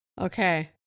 Okay